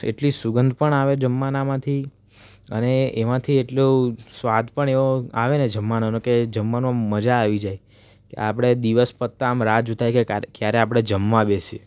એટલી સુંગધ પણ આવે જમવાનામાંથી અને એમાંથી એટલો સ્વાદ પણ એવો આવે ને જમવાનાનો કે જમવાનું આમ મજા આવી જાય કે આપણે દિવસ પતતા આમ રાહ જોતા હોય કે ક્યારે ક્યારે આપણે જમવા બેસીએ